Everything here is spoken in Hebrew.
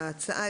ההצעה,